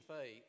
faith